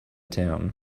town